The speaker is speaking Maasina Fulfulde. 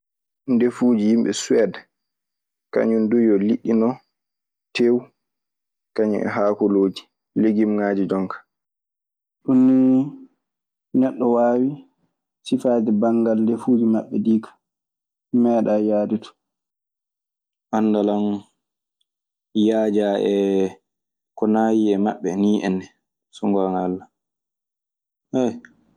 Ndefuuji yimɓe suwed, kañun duu yo liɗɗi non, teew, kañun e haakolooji, legimŋaaji jonkaa. Ɗun nii neɗɗo waawi sifaade banngal ndefuuji maɓɓe ɗii kaa. Mi meeɗaayi yahde ton. Anndal yaaja ee ko naayi e maɓɓe nii enne, so ngoonga Allah. Ayo.